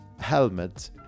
helmet